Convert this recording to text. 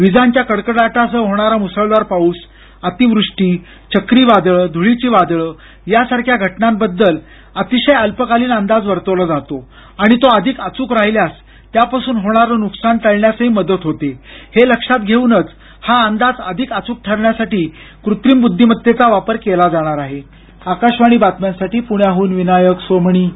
विजांच्या कडकडाटासह होणारा मुसळधार पाऊस अतिवृष्टी चक्रीवादळं ध्वळीची वादळं यासारख्या घटनांबद्दल अतिशय अल्पकालीन अंदाज वर्तवला जातो आणि तो अधिक अचूक राहिल्यास त्यापासून होणारं नुकसान टाळण्यासही मदत होते हे लक्षात घेऊनच हा अंदाज अधिक अचूक ठरण्यासाठी कृत्रिम ब्रद्धिमत्तेचा वापर केला जाणार आहे आकाशवाणी बातम्यांसाठी विनायक सोमणी पुणे